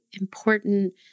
important